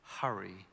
hurry